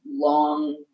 long